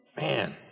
man